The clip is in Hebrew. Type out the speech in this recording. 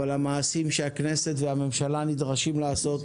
אבל המעשים שהכנסת והממשלה נדרשים לעשות